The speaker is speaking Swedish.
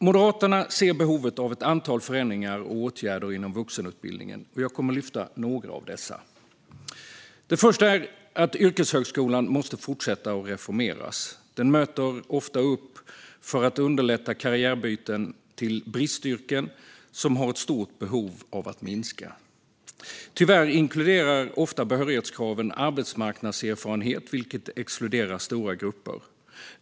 Moderaterna ser behovet av ett antal förändringar och åtgärder inom vuxenutbildningen. Jag kommer att lyfta upp några av dessa. För det första måste yrkeshögskolan fortsätta att reformeras. Den möter ofta upp för att underlätta karriärbyten till bristyrken. Tyvärr inkluderar ofta behörighetskraven arbetsmarknadserfarenhet, vilket exkluderar stora grupper.